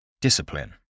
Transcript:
Discipline